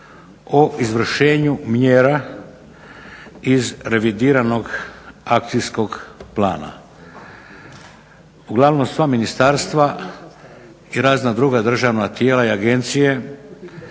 o izvršenju mjera iz revidiranog akcijskog plana. Uglavnom sva ministarstva i razna druga državna tijela i agencije